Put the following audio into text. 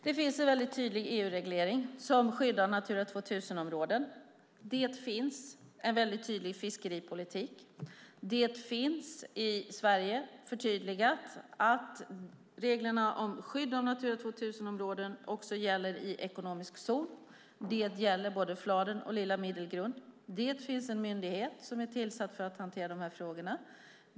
Fru talman! Det finns en tydlig EU-reglering som skyddar Natura 2000-områden. Det finns en tydlig fiskeripolitik. Det är i Sverige förtydligat att reglerna om skydd av Natura 2000-områden också gäller i ekonomisk zon; det gäller både Fladen och Lilla Middelgrund. Det finns en myndighet som är tillsatt för att hantera dessa frågor.